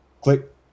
click